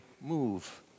move